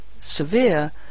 severe